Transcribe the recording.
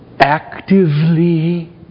actively